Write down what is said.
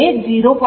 Y 0